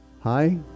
Hi